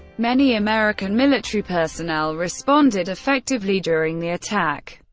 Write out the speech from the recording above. many american military personnel responded effectively during the attack.